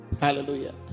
Hallelujah